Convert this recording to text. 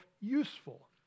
useful